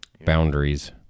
boundaries